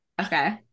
Okay